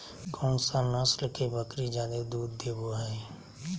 कौन सा नस्ल के बकरी जादे दूध देबो हइ?